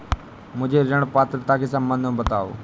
मुझे ऋण पात्रता के सम्बन्ध में बताओ?